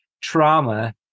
trauma